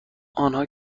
آنها